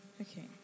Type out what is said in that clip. Okay